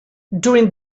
during